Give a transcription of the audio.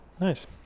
Nice